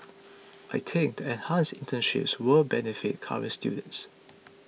I think the enhanced internships will benefit current students